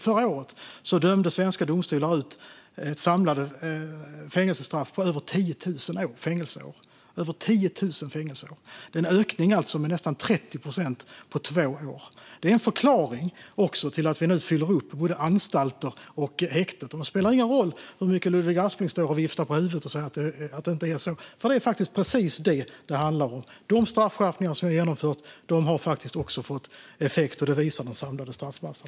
Förra året dömde svenska domstolar ut samlade fängelsestraff på över 10 000 fängelseår. Det är en ökning med nästan 30 procent på två år. Det är också en förklaring till att vi nu fyller upp både anstalter och häkten. Det spelar ingen roll hur mycket Ludvig Aspling viftar på huvudet och säger att det inte är på det sättet. Det är faktiskt precis det som det handlar om. De straffskärpningar som vi har genomfört har fått effekt. Det visar den samlade straffmassan.